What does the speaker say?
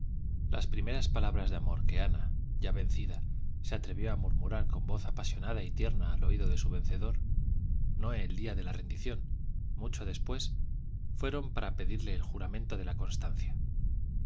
las primeras palabras de amor que ana ya vencida se atrevió a murmurar con voz apasionada y tierna al oído de su vencedor no el día de la rendición mucho después fueron para pedirle el juramento de la constancia